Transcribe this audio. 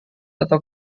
atau